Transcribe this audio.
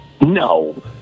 No